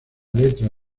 letra